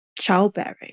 childbearing